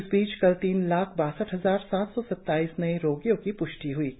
इस बीच कल तीन लाख बासठ हजार सात सौ सत्ताईस नये रोगियों की प्ष्टि हई है